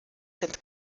sind